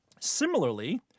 Similarly